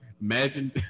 imagine